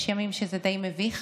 יש ימים שזה די מביך.